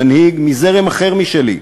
מנהיג מזרם אחר משלי,